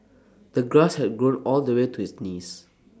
the grass had grown all the way to his knees